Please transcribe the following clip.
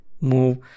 Move